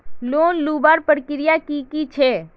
Loan लुबार प्रक्रिया की की छे?